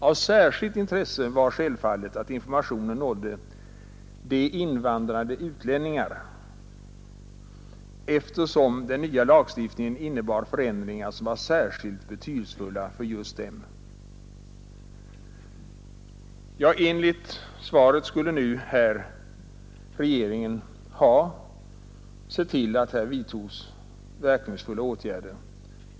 Av särskilt intresse var självfallet att informationen nådde invandrade utlänningar eftersom den nya lagstiftningen innebar förändringar som var särskilt betydelsefulla för just dem. Enligt statsrådets svar har regeringen sett till att det vidtagits verkningsfulla åtgärder.